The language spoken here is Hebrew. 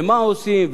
ומה עושים,